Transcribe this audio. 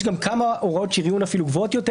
יש גם כמה הוראות שריון אפילו גבוהות יותר,